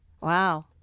Wow